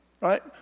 Right